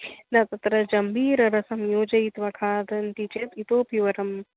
न तत्र जम्बीररसं योजयित्वा खादन्ति चेत् इतोपि वरम्